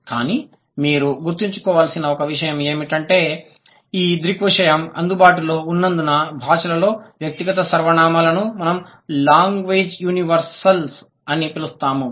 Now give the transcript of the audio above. కానీ మీరు గుర్తుంచుకోవలసిన ఒక విషయం ఏమిటంటే ఈ దృగ్విషయం అందుబాటులో ఉన్నందున భాషలలోని వ్యక్తిగత సర్వనామాలను మనము లాంగ్వేజ్ యూనివర్సల్ అని పిలుస్తాము